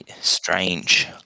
Strange